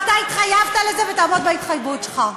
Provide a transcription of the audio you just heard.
אתה התחייבת לזה, ותעמוד בהתחייבות שלך.